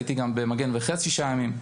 הייתי גם במגן וחץ שישה ימים.